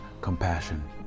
compassion